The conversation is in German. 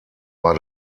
war